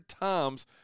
times